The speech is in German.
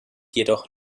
jedoch